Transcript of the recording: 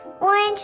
orange